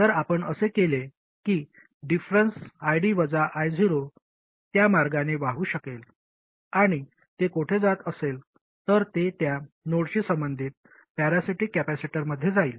जर आपण असे केले की डिफरंन्स ID वजा I0 त्या मार्गाने वाहू शकेल आणि ते कोठे जात असेल तर ते त्या नोडशी संबंधित पॅरासिटिक कॅपेसिटरमध्ये जाईल